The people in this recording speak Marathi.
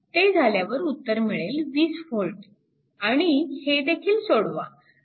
ते झाल्यावर उत्तर मिळेल 20V आणि हे देखील सोडवा